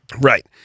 Right